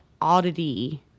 oddity